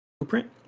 blueprint